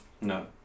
no